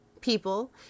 people